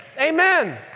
Amen